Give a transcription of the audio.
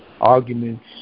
Arguments